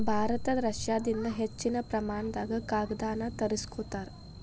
ಭಾರತ ರಷ್ಯಾದಿಂದ ಹೆಚ್ಚಿನ ಪ್ರಮಾಣದಾಗ ಕಾಗದಾನ ತರಸ್ಕೊತಾರ